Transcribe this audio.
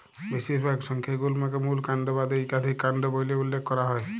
বেশিরভাগ সংখ্যায় গুল্মকে মূল কাল্ড বাদে ইকাধিক কাল্ড ব্যইলে উল্লেখ ক্যরা হ্যয়